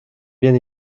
bien